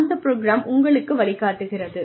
அந்த ப்ரோக்ராம் உங்களுக்கு வழிகாட்டுகிறது